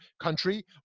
country